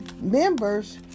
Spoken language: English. members